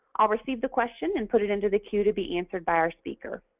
i'll receive the question and put it into the queue to be answered by our speaker.